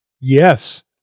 Yes